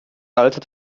alter